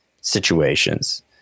situations